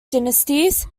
dynasties